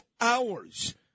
hours